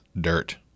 dirt